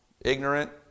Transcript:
ignorant